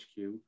HQ